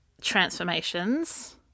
transformations